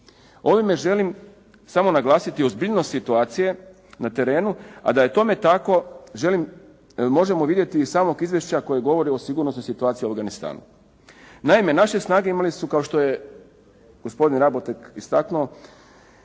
Ovime želim samo naglasiti ozbiljnost situacije na terenu, a da je tome tako želim, možemo vidjeti iz samog izvješća koje govori o sigurnosnoj situaciji u Afganistanu. Naime naše snage imale su kao što je gospodin Rabotek istaknuo,